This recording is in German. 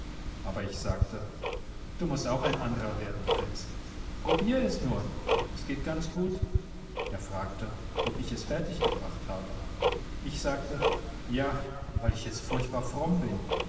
aber ich sagte du mußt auch ein anderer werden fritz probier es nur es geht ganz gut er fragte ob ich es fertiggebracht habe ich sagte ja weil ich jetzt furchtbar fromm bin